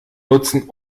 nutzen